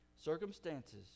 Circumstances